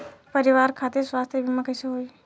परिवार खातिर स्वास्थ्य बीमा कैसे होई?